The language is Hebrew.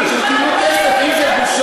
אמרת שהם פועלים בארגוני טרור.